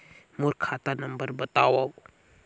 मोर खाता नम्बर बताव?